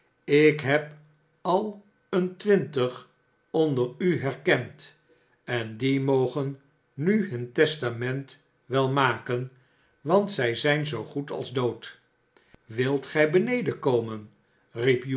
ik heb al een twintig onder u herkend en die mogen nu hun testament wel maken want zij zijn zoo goed als dood wilt gij beneden komen